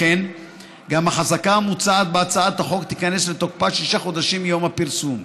לכן גם החזקה המוצעת בהצעת החוק תיכנס לתוקפה שישה חודשים מיום הפרסום.